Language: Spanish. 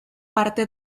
parte